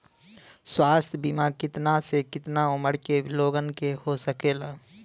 स्वास्थ्य बीमा कितना से कितना उमर के लोगन के हो सकेला?